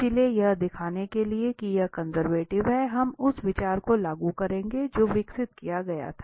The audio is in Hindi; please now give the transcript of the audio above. इसलिए यह दिखाने के लिए कि यह कंजर्वेटिव है हम उस विचार को लागू करेंगे जो विकसित किया गया था